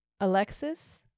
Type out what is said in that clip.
Alexis